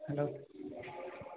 hello